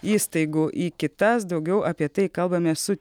įstaigų į kitas daugiau apie tai kalbamės su